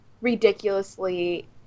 ridiculously